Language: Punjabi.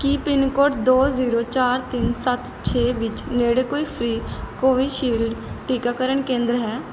ਕੀ ਪਿੰਨਕੋਡ ਦੋ ਜ਼ੀਰੋ ਚਾਰ ਤਿੰਨ ਸੱਤ ਛੇ ਵਿੱਚ ਨੇੜੇ ਕੋਈ ਫ੍ਰੀ ਕੋਵਿਸ਼ੀਲਡ ਟੀਕਾਕਰਨ ਕੇਂਦਰ ਹੈ